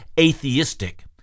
atheistic